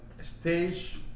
Stage